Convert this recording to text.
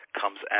comes